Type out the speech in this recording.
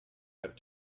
have